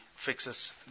fixes